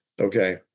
okay